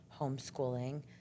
homeschooling